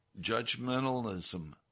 judgmentalism